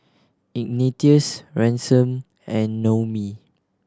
Ignatius Ransom and Noemie